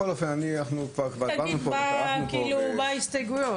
תגיד מה ההסתייגויות.